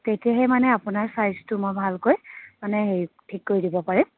তেতিয়াহে মানে আপোনাৰ ছাইজটো মই ভালকৈ মানে হেৰি ঠিক কৰি দিব পাৰিম